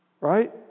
Right